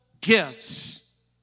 gifts